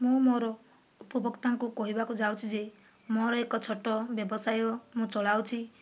ମୁଁ ମୋର ଉପଭୋକ୍ତାଙ୍କୁ କହିବାକୁ ଯାଉଛି ଯେ ମୋର ଏକ ଛୋଟ ବ୍ୟବସାୟ ମୁଁ ଚଳାଉଛି